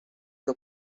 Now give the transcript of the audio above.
the